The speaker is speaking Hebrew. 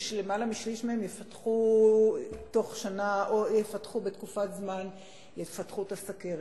שלמעלה משליש מהם יפתחו בתוך שנה או בתקופת זמן את הסוכרת.